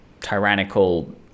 tyrannical